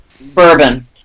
bourbon